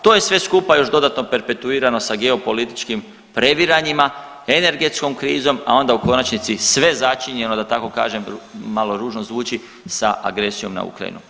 To je sve skupa još dodatno perpetuirano sa geopolitičkim previranjima, energetskom krizom, a onda u konačnici sve začinjeno da tako kažem malo ružno zvuči sa agresijom na Ukrajinu.